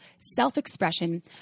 self-expression